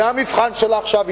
זה המבחן שלה עכשיו.